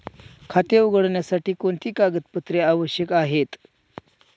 खाते उघडण्यासाठी कोणती कागदपत्रे आवश्यक आहे?